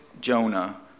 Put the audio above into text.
Jonah